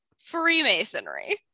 Freemasonry